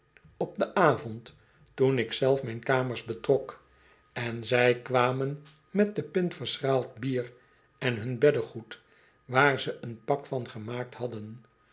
op den avond toen ik zelf mijn kamers betrok en zij kwamen met de pint verschaald bier en hun beddegoed waar ze een pak van gemaakt hadden